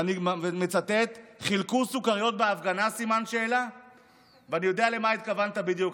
ואני מצטט: "חילקו סוכריות בהפגנה?" ואני יודע למה התכוונת בדיוק.